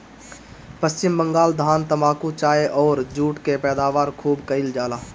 पश्चिम बंगाल धान, तम्बाकू, चाय अउरी जुट के पैदावार खूब कईल जाला